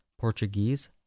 Portuguese